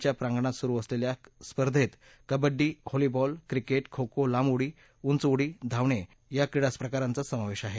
च्या प्रांगणात सुरु असलेल्या स्पर्धेत कबङ्डी व्हॉलीबॉल क्रिकेट खो खो लांब उडी उंच उडी धावणे या या क्रीडा प्रकारांचा समावेश आहे